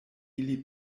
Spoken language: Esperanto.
ili